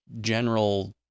general